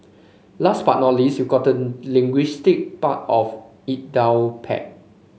last but not least you gotten linguistic part of it down pat